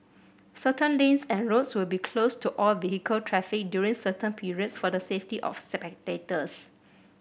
certain lanes and roads will be closed to all vehicle traffic during certain periods for the safety of spectators